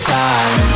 time